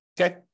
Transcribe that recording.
Okay